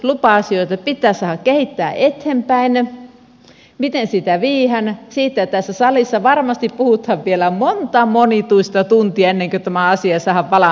kalastuslupa asioita pitää saada kehittää eteenpäin mutta miten sitä viedään siitä tässä salissa varmasti puhutaan vielä monta monituista tuntia ennen kuin tämä asia saadaan valmiiksi